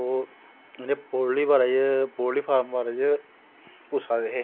दिक्खो माराज़ पोल्ट्री बारै पुच्छा दे हे पोल्ट्री बारे च पोल्ट्री फार्म दे बारे च पुच्छा दे हे